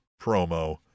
promo